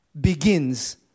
begins